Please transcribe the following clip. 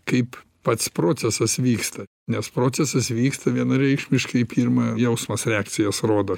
kaip pats procesas vyksta nes procesas vyksta vienareikšmiškai pirma jausmas reakcijos rodo